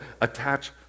attach